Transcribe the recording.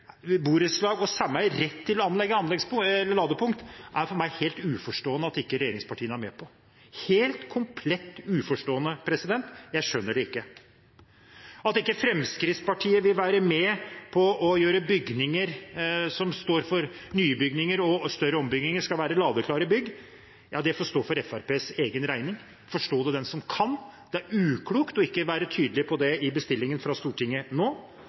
anlegge ladepunkt, er for meg helt uforståelig at ikke regjeringspartiene er med på – helt komplett uforståelig, jeg skjønner det ikke. At ikke Fremskrittspartiet vil være med på det at nye bygninger og større ombygginger skal være ladeklare bygg, får stå for Fremskrittspartiets egen regning. Forstå det den som kan. Det er uklokt ikke å være tydelig på det i bestillingen fra Stortinget nå.